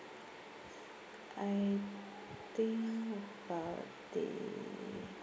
I'll think about it